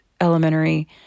elementary